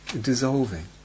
dissolving